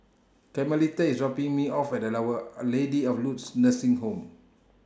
Carmelita IS dropping Me off At Our Lady of Lourdes Nursing Home